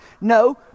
No